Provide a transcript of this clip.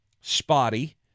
spotty